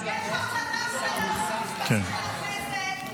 יש החלטה של הייעוץ המשפטי של הכנסת,